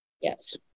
Yes